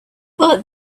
but